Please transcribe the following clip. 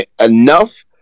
enough